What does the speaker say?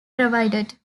provided